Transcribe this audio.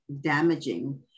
damaging